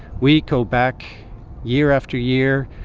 we go back year after year,